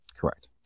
Correct